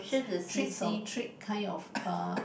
treats or trick kind of uh